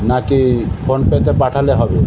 নাকি ফোনপেতে পাঠালে হবে